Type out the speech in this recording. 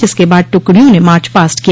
जिसके बाद टुकडियों ने मार्चपास्ट किया